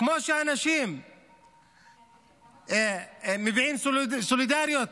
כמו שאנשים מביעים סולידריות